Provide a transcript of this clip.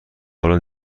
قبلا